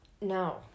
No